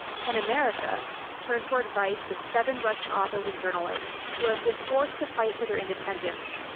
pen america turned for advice to seven russian authors and journalists who have been forced to fight for their independence.